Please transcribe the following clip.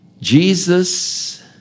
Jesus